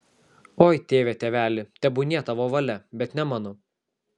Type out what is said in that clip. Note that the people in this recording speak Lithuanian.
oi tėve tėveli tebūnie tavo valia bet ne mano